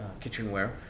kitchenware